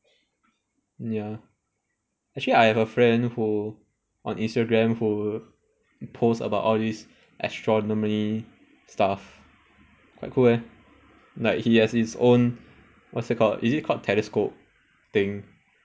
ya actually I have a friend who on instagram who post about all these astronomy stuff quite cool leh like he has his own what's that called is it called telescope thing